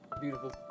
beautiful